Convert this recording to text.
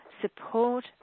support